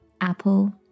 apple